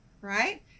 right